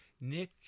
nick